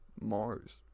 Mars